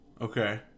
Okay